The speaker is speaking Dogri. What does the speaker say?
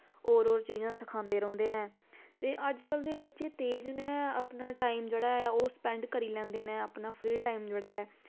होर होर चीज़ां सखांदे रौंह्दे न ते अ कल दे बच्चे तेज़ न अपना टाईम जेह्ड़ा ऐ ओह् स्पैंड करी लैंदे नै अपना फ्री टाईम जेह्ड़ा ऐ